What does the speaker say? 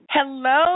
Hello